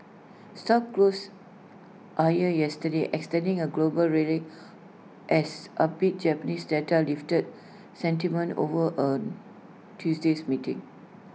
stocks closed higher yesterday extending A global rally as upbeat Japanese data lifted sentiment over on Tuesday's meeting